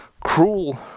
cruel